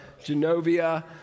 Genovia